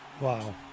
Wow